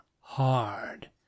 hard